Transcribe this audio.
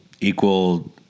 equal